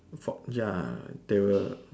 fork ya they will